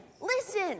listen